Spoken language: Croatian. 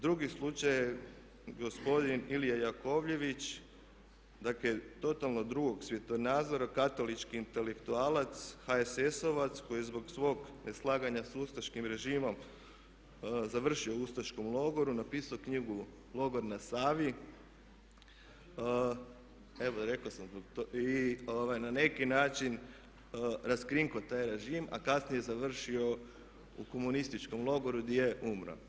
Drugi slučaj je gospodin Ilija Jakovljević, dakle totalno drugog svjetonazora, katolički intelektualac HSS-ovac koji je zbog svog neslaganja s ustaškim režimom završio u ustaškom logoru, napisao knjigu "Logor na Savi" i na neki način raskrinkao taj režim, a kasnije završio u komunističkom logoru gdje je umro.